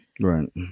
right